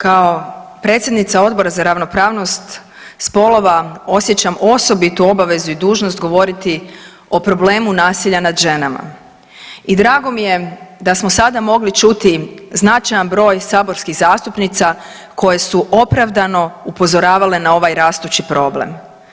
Kao predsjednica Odbora za ravnopravnost spolova osjećam osobitu obavezu i dužnost govoriti o problemu nasilja nad ženama i drago mi je da smo sada mogli čuti značajan broj saborskih zastupnica koje su opravdano upozoravale na ovaj rastući problem.